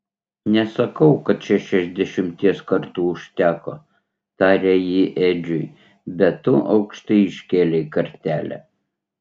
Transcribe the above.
nesakau kad šešiasdešimties kartų užteko tarė ji edžiui bet tu aukštai iškėlei kartelę